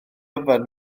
yfed